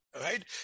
right